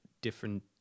different